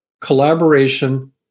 Collaboration